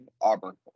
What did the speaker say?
Auburn